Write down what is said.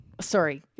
Sorry